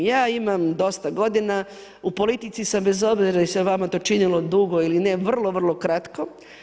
Ja imam dosta godina, u politici sam bez obzira jer se vama to činilo dugo ili ne, vrlo, vrlo kratko.